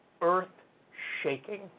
Earth-shaking